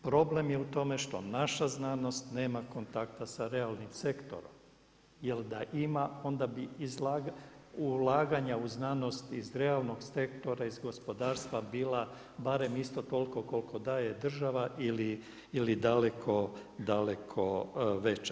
Problem je u tome što naša znanost nema kontakta sa realnim sektorom, jer da ima onda bi ulaganja u znanost iz realnog sektora, iz gospodarstva bila barem isto toliko koliko daje država ili daleko, daleko veća.